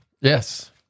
Yes